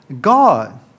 God